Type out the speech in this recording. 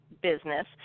business